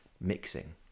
mixing